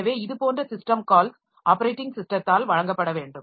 எனவே இதுபோன்ற system calls operating ஸிஸ்டத்தால் வழங்கப்பட வேண்டும்